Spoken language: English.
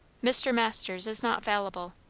mr. masters is not fallible.